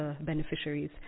beneficiaries